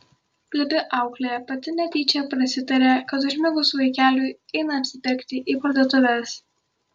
plepi auklė pati netyčia prasitarė kad užmigus vaikeliui eina apsipirkti į parduotuves